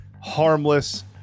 harmless